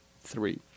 three